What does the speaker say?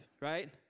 right